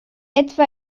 etwa